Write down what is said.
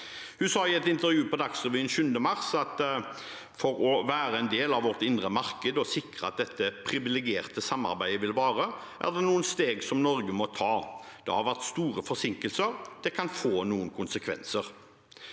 Hun sa i et intervju på Dagsrevyen 7. mars at for å være en del av EUs indre marked og sikre at dette privilegerte samarbeidet vil vare, er det noen steg Norge må ta. Det har vært store forsinkelser, og det kan få noen konsekvenser.